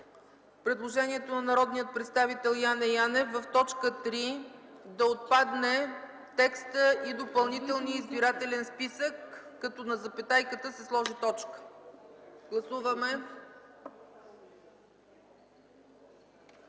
предложението на народния представител Яне Янев в т. 3 да отпадне текстът: „и допълнителния избирателен списък”, като на запетайката се сложи точка. Гласували